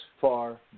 Far